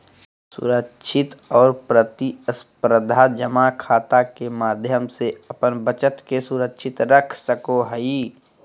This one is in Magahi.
सुरक्षित और प्रतिस्परधा जमा खाता के माध्यम से अपन बचत के सुरक्षित रख सको हइ